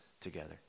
together